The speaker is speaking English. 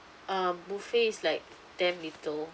uh buffet is like damn little